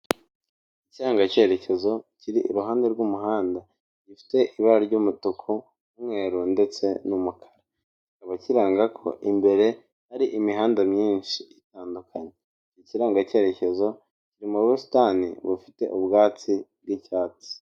Ikiranga icyerekezo kiri iruhande rw'umuhanda gifite ibara ry'umutuku, umweru ndetse n'umukara, kikaba kiranga ko imbere hari imihanda myinshi itandukanye, ikiranga cyeyerekezo kiri mu busitani bufite ubwatsi bw'icyatsi.